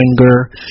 anger